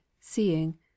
seeing